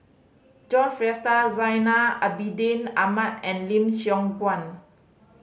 John Fraser Zainal Abidin Ahmad and Lim Siong Guan